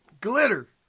Glitter